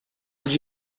did